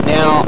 Now